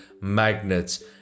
magnets